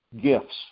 gifts